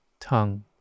tongue